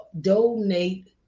donate